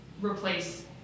replace